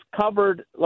covered